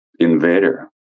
Invader